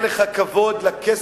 אין לך כבוד לכסף,